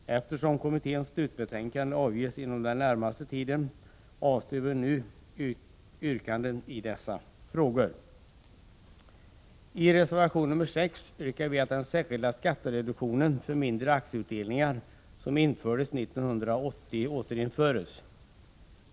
Eftersom bostadskommitténs slutbetänkande avlämnas inom den närmaste tiden, avstår vi nu från att ställa något yrkande i dessa frågor. I reservation nr 6 yrkar vi att den särskilda skattereduktionen för mindre aktieutdelningar som infördes 1980 återinförs.